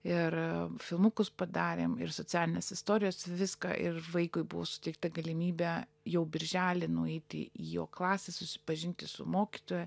ir filmukus padarėm ir socialinės istorijos viską ir vaikui buvo suteikta galimybė jau birželį nueiti į jo klasę susipažinti su mokytoja